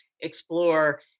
explore